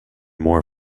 more